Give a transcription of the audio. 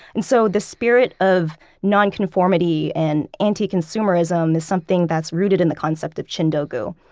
and so, the spirit of nonconformity and anti-consumerism is something that's rooted in the concept of chindogu.